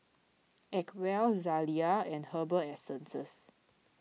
Acwell Zalia and Herbal Essences